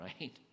right